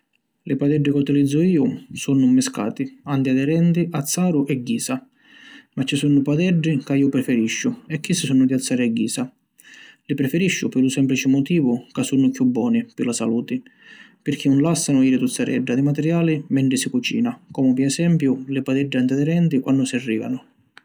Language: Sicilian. Li padeddi ca utilizzu iu sunnu mmiscati: antiaderenti, azzaru e ghisa. Ma ci sunnu padeddi ca iu preferisciu e chissi sunnu di azzaru e ghisa. Li preferisciu pi lu semplici motivu ca sunnu chiù boni pi la saluti pirchì 'un lassanu jiri tuzzaredda di materiali mentri si cucina comu pi esempiu li padeddi antiaderenti quannu si riganu.